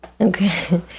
Okay